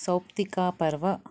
सौप्तिकापर्व